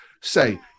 say